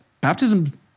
baptism